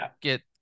get